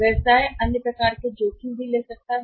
व्यवसाय अन्य प्रकार के जोखिम भी ले सकता है